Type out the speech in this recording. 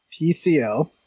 PCL